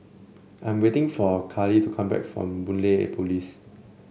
I'm waiting for Carley to come back from Boon Lay Police